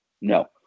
no